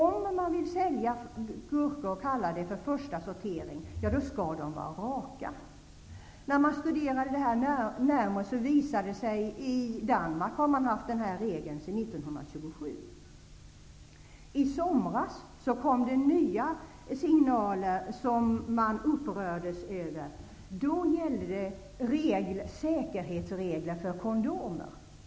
Om man vill ange att gurkor är av första sortering, skall gurkorna vara raka. I Danmark har man haft denna regel sedan 1927. I somras kom det nya signaler som man upprördes över. Det gällde då säkerhetsregler för kondomer.